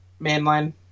Mainline